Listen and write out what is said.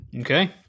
Okay